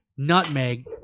nutmeg